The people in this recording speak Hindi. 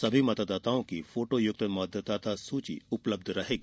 सभी मतदाताओं की फोटो युक्त मतदाता सूची उपलब्ध रहेगी